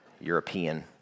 European